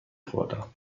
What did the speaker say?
خوردم